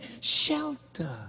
shelter